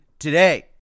today